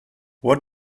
what